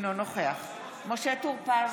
אינו נוכח משה טור פז,